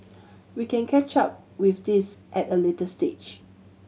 we can catch up with this at a later stage